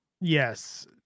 Yes